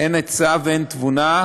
אין עצה ואין תבונה.